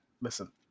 Listen